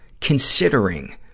Considering